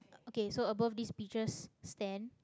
okay so above this peaches stand